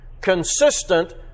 Consistent